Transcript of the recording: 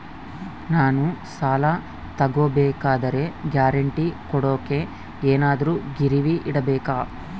ನಾನು ಸಾಲ ತಗೋಬೇಕಾದರೆ ಗ್ಯಾರಂಟಿ ಕೊಡೋಕೆ ಏನಾದ್ರೂ ಗಿರಿವಿ ಇಡಬೇಕಾ?